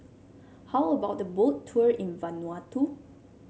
how about a Boat Tour in Vanuatu